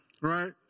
right